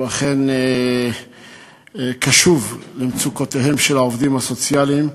הוא אכן קשוב למצוקותיהם של העובדים הסוציאליים,